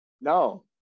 No